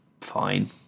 fine